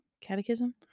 catechism